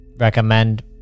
recommend